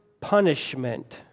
punishment